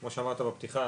כמו שאמרת בפתיחה,